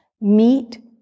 Meet